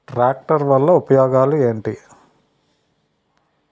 Tractor వల్ల ఉపయోగాలు ఏంటీ?